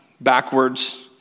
backwards